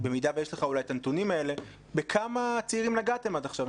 במידה ויש לך את הנתונים האלה: בכמה צעירים נגעתם עד עכשיו?